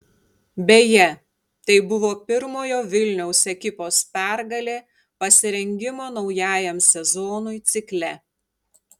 beje tai buvo pirmojo vilniaus ekipos pergalė pasirengimo naujajam sezonui cikle